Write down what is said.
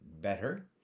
better